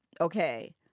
Okay